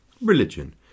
Religion